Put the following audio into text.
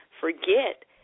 forget